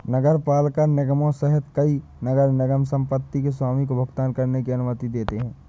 नगरपालिका निगमों सहित कई नगर निगम संपत्ति के स्वामी को भुगतान करने की अनुमति देते हैं